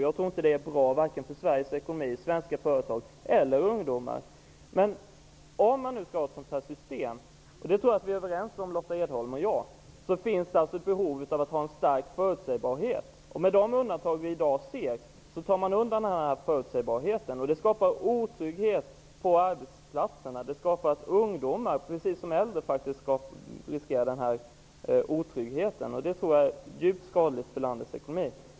Jag tror inte att det är bra, vare sig för Sveriges ekonomi, svenska företag eller för ungdomar. Jag tror att Lotta Edholm och jag är överens om att vi skall ha ett sådant här system. Då finns det ett behov av en stark förutsägbarhet. Med de undantag som i dag medges rycker man undan förutsägbarheten, vilket skapar otrygghet på arbetsplatserna såväl för ungdomar som för äldre. Det är djupt skadligt för landets ekonomi.